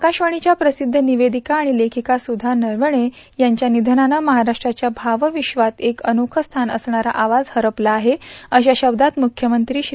आकाश्ववणीच्या प्रसिद्ध निवेदिका आणि लेखिका सुधा नरवणे यांच्या निधनानं महाराष्ट्राच्या भावविश्वात एक अनोखे स्थान असणारा आवाज हरपला आहे अशा शब्दात मुख्यमंत्री श्री